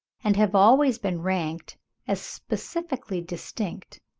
and have always been ranked as specifically distinct.